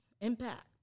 Impact